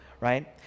right